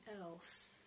else